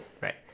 right